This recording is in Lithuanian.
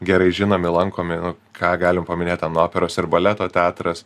gerai žinomi lankomi nu ką galim paminėt ten operos ir baleto teatras